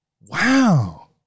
Wow